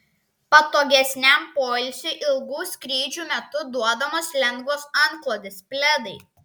patogesniam poilsiui ilgų skrydžių metu duodamos lengvos antklodės pledai